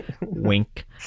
Wink